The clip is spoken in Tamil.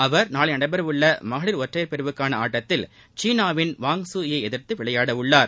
அவர் நாளை நடைபெறவுள்ள மகளிர் ஒற்றையர் பிரிவுக்கான ஆட்டத்தில் சீனாவின் வாங் சூ ஈ யை எதிர்த்து விளையாட உள்ளார்